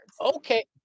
Okay